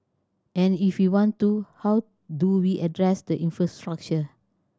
and if we want to how do we address the infrastructure